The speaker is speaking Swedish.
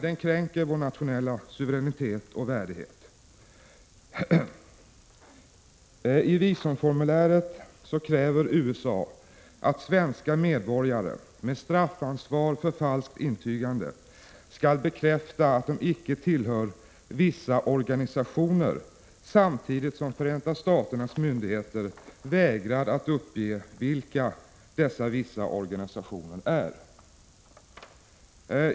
Den kränker vår nationella suveränitet och värdighet. I visumformuläret kräver USA att svenska medborgare — med straffansvar för falskt intygande — skall bekräfta att de icke tillhör ”vissa” organisationer samtidigt som Förenta Staternas myndigheter vägrar uppge vilka dessa ”vissa” organisationer är.